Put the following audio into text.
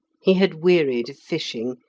he had wearied of fishing,